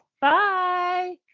Bye